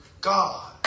God